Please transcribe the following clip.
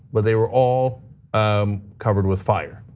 but they were all um covered with fire.